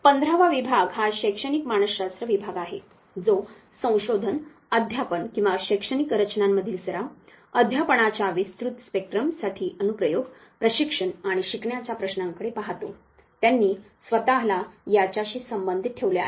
पंधरावा विभाग हा शैक्षणिक मानसशास्त्र विभाग आहे जो संशोधन अध्यापन किंवा शैक्षणिक रचनांमधील सराव अध्यापनाच्या विस्तृत स्पेक्ट्रम साठी अनुप्रयोग प्रशिक्षण आणि शिकण्याच्या प्रश्नांकडे पाहतो त्यांनी स्वतःला याच्याशी संबंधित ठेवले आहे